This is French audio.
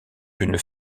d’une